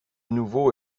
nouveau